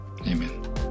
Amen